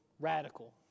Radical